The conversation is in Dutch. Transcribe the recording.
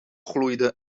gloeide